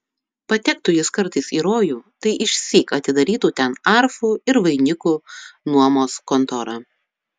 patektų jis kartais į rojų tai išsyk atidarytų ten arfų ir vainikų nuomos kontorą